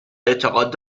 اعتقاد